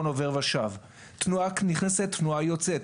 עובר ושב; תנועה נכנסת ותנועה יוצאת,